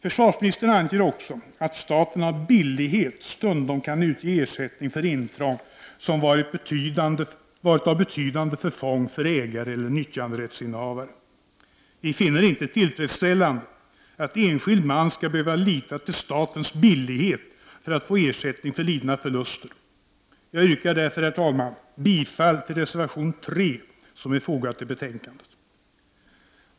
Försvarsministern anger också att staten av billighet stundom kan utge ersättning för intrång som varit till betydande förfång för ägare eller nyttjanderättsinnehavare. Vi finner det inte tillfredsställande att enskild man skall behöva lita till statens billighet för att få ersättning för lidna förluster. Jag yrkar därför, herr talman, bifall till reservation 3, som är fogad till betänkandet.